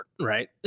right